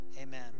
Amen